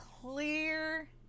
clear